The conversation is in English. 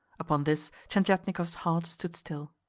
upon this tientietnikov's heart stood still.